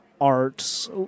arts